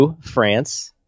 France